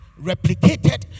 replicated